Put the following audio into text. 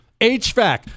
HVAC